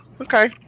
okay